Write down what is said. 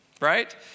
right